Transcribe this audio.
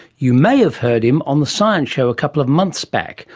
you may have heard him on the science show a couple of months back,